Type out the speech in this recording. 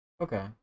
Okay